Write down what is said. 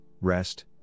rest